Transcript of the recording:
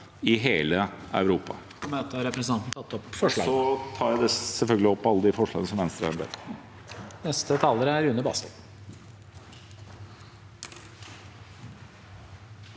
i hele Europa.